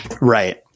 Right